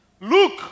Look